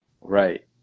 Right